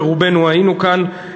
ורובנו היינו כאן,